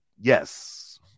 Yes